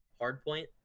hardpoint